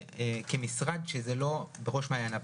כמשרד שזה לא בראש מעייניו.